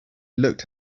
looked